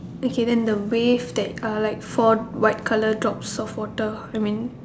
okay than the wave that uh like four white colour drops of water I mean